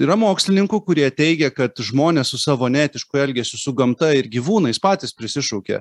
yra mokslininkų kurie teigia kad žmonės su savo neetišku elgesiu su gamta ir gyvūnais patys prisišaukia